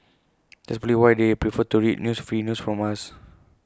that's probably why they prefer to read news free news from us